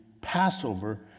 Passover